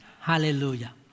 hallelujah